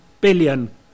billion